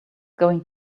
going